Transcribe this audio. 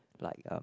like uh